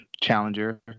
challenger